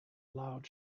loud